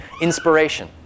inspiration